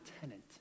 tenant